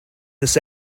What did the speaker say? this